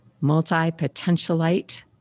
multi-potentialite